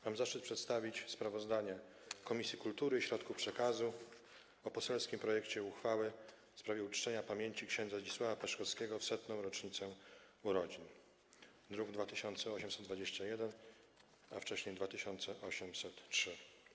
Mam zaszczyt przedstawić sprawozdanie Komisji Kultury i Środków Przekazu o poselskim projekcie uchwały w sprawie uczczenia pamięci ks. Zdzisława Peszkowskiego w 100. rocznicę urodzin, druki nr 2821 i 2803.